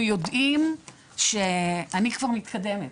אנחנו יודעים שהורים נדרשים להביא הרבה מאוד מסמכים,